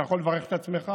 אתה יכול לברך את עצמך.